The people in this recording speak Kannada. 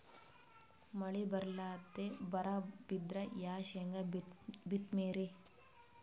ಮಳಿ ಬರ್ಲಾದೆ ಬರಾ ಬಿದ್ರ ಯಾ ಶೇಂಗಾ ಬಿತ್ತಮ್ರೀ?